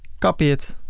copy it.